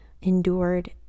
endured